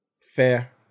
Fair